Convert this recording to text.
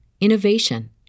innovation